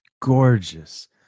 Gorgeous